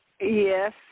Yes